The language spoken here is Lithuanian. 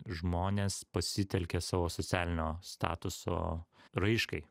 žmonės pasitelkia savo socialinio statuso raiškai